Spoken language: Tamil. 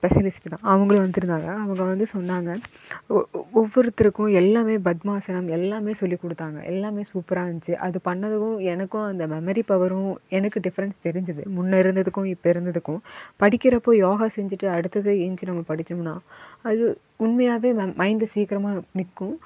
ஸ்பெஷலிஸ்ட் தான் அவர்களும் வந்திருந்தாங்க அவங்க வந்து சொன்னாங்க ஒவ்வொருத்தருக்கும் எல்லாமே பத்மாசனம் எல்லாமே சொல்லி கொடுத்தாங்க எல்லாமே சூப்பராக இருந்துச்சு அது பண்ணதும் எனக்கும் அந்த மெமரி பவரும் எனக்கு டிஃப்ரெண்ட் தெரிஞ்சுது முன்னே இருந்ததுக்கும் இப்போ இருந்ததுக்கும் படிக்கிறப்போது யோகா செஞ்சுட்டு அடுத்தது எழுஞ்சி நம்ம படித்தமுன்னா இது உண்மையாகவே நம்ம மைண்ட்டில் சீக்கிரமாவே நிற்கும்